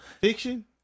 fiction